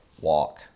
walk